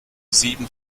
sieben